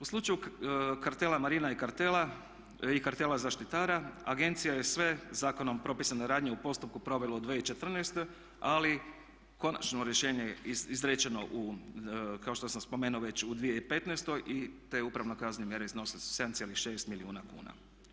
U slučaju kartela marina i kartela zaštitara agencija je sve zakonom propisane radnje u postupku provela u 2014. ali konačno rješenje je izrečeno u kao što sam spomenuo već u 2015.te upravno kaznene mjere iznosile su 7,6 milijuna kuna.